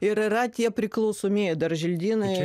ir yra tie priklausomieji dar želdynai